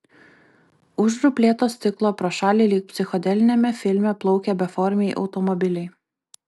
už ruplėto stiklo pro šalį lyg psichodeliniame filme plaukė beformiai automobiliai